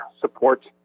support